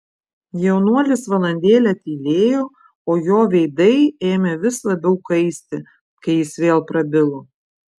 jaunuolis valandėlę tylėjo o jo veidai ėmė vis labiau kaisti kai jis vėl prabilo